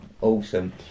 Awesome